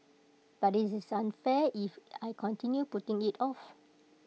but IT is unfair if I continue putting IT off